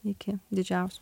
iki didžiausių